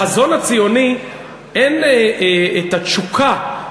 בחזון הציוני אין התשוקה,